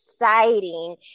exciting